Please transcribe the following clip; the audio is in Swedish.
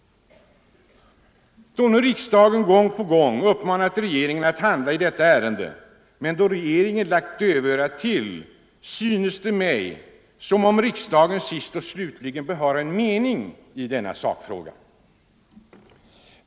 Då nu riksdagen gång på gång uppmanat regeringen att handla i detta ärende men regeringen vänt dövörat till, synes det mig som om riksdagen sist och slutligen bör ha en mening i sakfrågan.